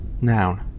Noun